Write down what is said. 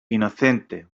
inocente